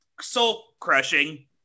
soul-crushing